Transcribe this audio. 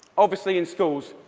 obviously, in schools,